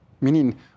Meaning